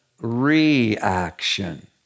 reaction